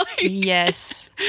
yes